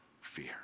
fear